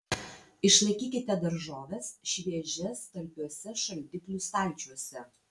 išlaikykite daržoves šviežias talpiuose šaldiklių stalčiuose